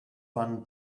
run